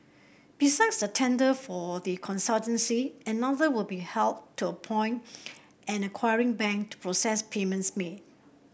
besides the tender for the consultancy another will be held to appoint an acquiring bank to process payments made